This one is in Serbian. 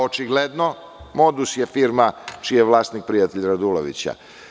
Očigledno, „Modus“ je firma čiji je vlasnik prijatelj Radulovića.